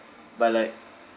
but like